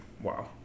wow